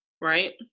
right